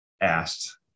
asked